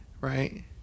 right